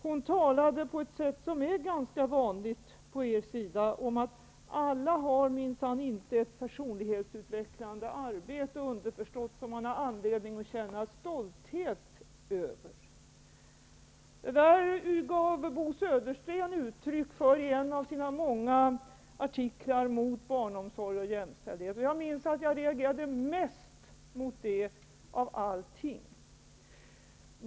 Hon talade på ett sätt som är ganska vanligt på er sida om att alla minsann inte har ett personlighetsutvecklande arbete, undersförstått som man har anledning att känna stolthet över. Detta gav Bo Södersten uttryck för i en av sina många artiklar mot barnomsorg och jämställdhet. Jag minns att jag reagerade mest mot detta.